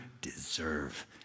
deserve